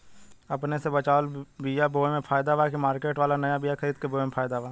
अपने से बचवाल बीया बोये मे फायदा बा की मार्केट वाला नया बीया खरीद के बोये मे फायदा बा?